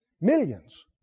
millions